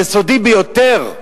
זה סודי ביותר,